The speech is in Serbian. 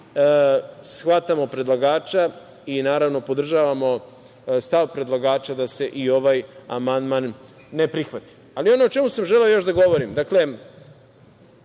shvatamo predlagača i naravno podržavamo stav predlagača da se i ovaj amandman ne prihvati. Ono o čemu sam želeo još da govorim, dakle